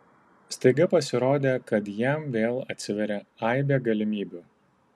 staiga pasirodė kad jam vėl atsiveria aibė galimybių